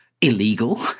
illegal